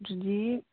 ꯑꯗꯨꯗꯤ